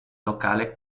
locale